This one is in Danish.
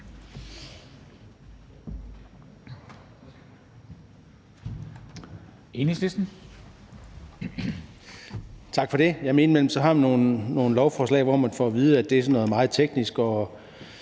Tak for det.